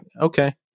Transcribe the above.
okay